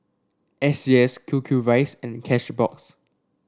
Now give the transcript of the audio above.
S C S Q Q rice and Cashbox